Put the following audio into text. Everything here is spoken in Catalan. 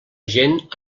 gent